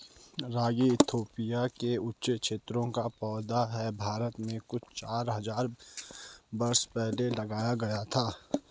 रागी Ethiopia के ऊँचे क्षेत्रों का पौधा है भारत में कुछ चार हज़ार बरस पहले लाया गया था